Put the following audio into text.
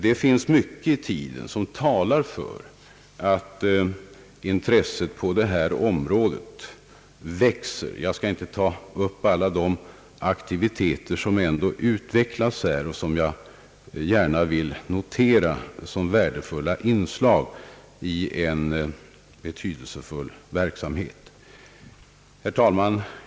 Det finns mycket i tiden som talar för att intresset på detta område växer. Jag skall inte ta upp alla de aktiviteter som utvecklas och som jag gärna vill notera såsom värdefulla inslag i en betydelsefull verksamhet. Herr talman!